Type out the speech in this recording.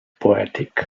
poetic